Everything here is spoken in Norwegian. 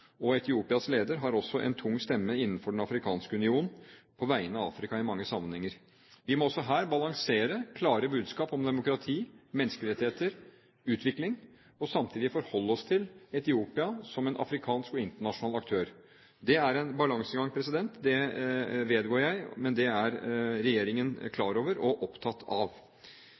makt. Etiopias leder har også en tung stemme innenfor Den afrikanske union på vegne av Afrika i mange sammenhenger. Vi må også her balansere klare budskap om demokrati, menneskerettigheter, utvikling og samtidig forholde oss til Etiopia som en afrikansk og internasjonal aktør. Det er en balansegang. Det vedgår jeg, men det er regjeringen klar over og opptatt av.